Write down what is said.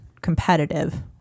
competitive